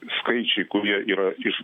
skaičiai kurie yra iš